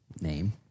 name